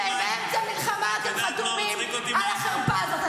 שבאמצע מלחמה אתם חתומים על החרפה הזאת.